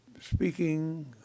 speaking